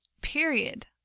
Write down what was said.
period